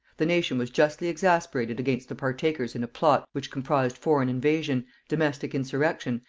the nation was justly exasperated against the partakers in a plot which comprised foreign invasion, domestic insurrection,